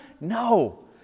No